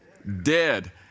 Dead